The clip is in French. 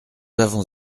avons